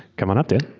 come on up, dan.